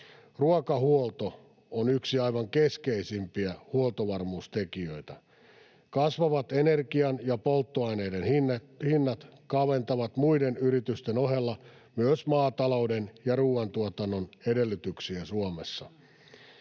Ruokahuolto on yksi aivan keskeisimpiä huoltovarmuustekijöitä. Kasvavat energian ja polttoaineiden hinnat kaventavat muiden yritysten ohella myös maatalouden ja ruoantuotannon edellytyksiä Suomessa.